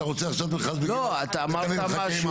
אתה רוצה עכשיו --- אתה אמרת משהו,